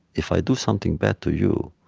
if i do something bad to you,